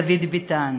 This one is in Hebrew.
דוד ביטן,